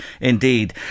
indeed